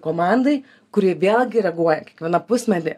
komandai kuri vėlgi reaguoja kiekvieną pusmetį